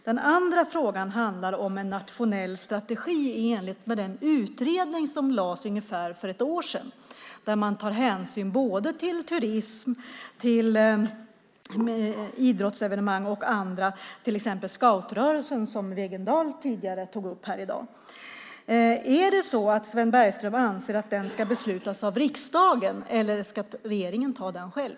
Den andra frågan handlar om en nationell strategi i enlighet med den utredning som lades fram för ungefär ett år sedan där man tar hänsyn till såväl turism, idrottsevenemang som annat, till exempel scoutrörelsen som Wegendal tidigare tog upp. Anser Sven Bergström att den ska beslutas av riksdagen eller ska regeringen ta den själv?